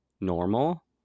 normal